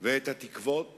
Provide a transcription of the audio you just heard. ואת התקוות